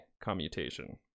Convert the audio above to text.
commutation